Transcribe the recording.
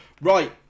Right